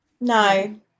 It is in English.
No